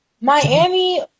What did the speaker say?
Miami